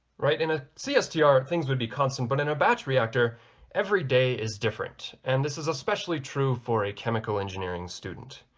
right in a cstr things would be constant but in a batch reactor every day is different and this is especially true for a chemical chemical engineering student.